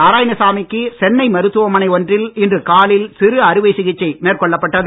நாராயணசாமி க்கு சென்னை மருத்துவமனை ஒன்றில் இன்று காலில் சிறு அறுவை சிகிச்சை மேற்கொள்ளப்பட்டது